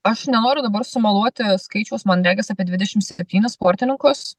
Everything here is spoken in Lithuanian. aš nenoriu dabar sumeluoti skaičiaus man regis apie dvidešim septynis sportininkus